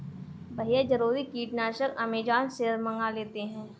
भैया जरूरी कीटनाशक अमेजॉन से मंगा लेते हैं